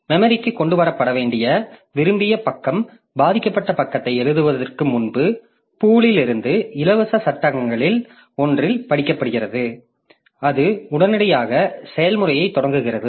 மெமரிக்கு கொண்டு வரப்பட வேண்டிய விரும்பிய பக்கம் பாதிக்கப்பட்ட பக்கத்தை எழுதுவதற்கு முன்பு பூல்லிருந்து இலவச சட்டங்களில் ஒன்றில் படிக்கப்படுகிறது அது உடனடியாக செயல்முறையைத் தொடங்குகிறது